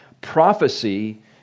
Prophecy